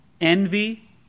Envy